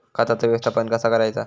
खताचा व्यवस्थापन कसा करायचा?